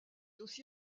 aussi